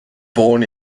born